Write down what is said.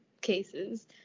cases